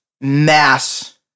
mass